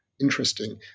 interesting